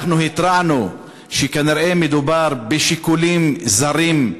אנחנו התרענו שכנראה מדובר בשיקולים זרים,